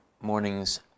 morning's